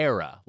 Era